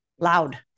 loud